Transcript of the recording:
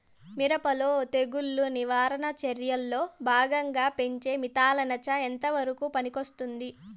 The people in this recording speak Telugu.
మిరప లో తెగులు నివారణ చర్యల్లో భాగంగా పెంచే మిథలానచ ఎంతవరకు పనికొస్తుంది?